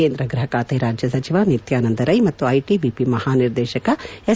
ಕೇಂದ್ರ ಗೃಹಖಾತೆ ರಾಜ್ಯಸಚಿವ ನಿತ್ಯಾನಂದ ರೈ ಮತ್ತು ಐಟಿಬಿಪಿ ಮಹಾನಿರ್ದೇಶಕ ಎಸ್